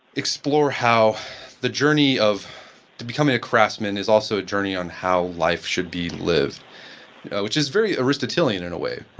explore how the journey of to becoming a craftsman is also a journey on how life should be lived which is very aristotelian in a way.